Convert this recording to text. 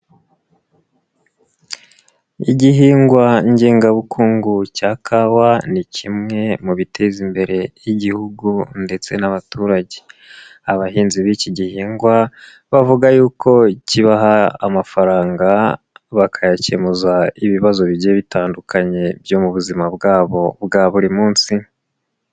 Igihingwa ngengabukungu cya kawa ni kimwe mu biteza imbere igihugu ndetse n'abaturage. Abahinzi b'iki gihingwa bavuga yuko kibaha amafaranga bakayakemuza ibibazo bigiye bitandukanye byo mu buzima bwabo bwa buri munsi.